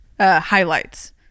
highlights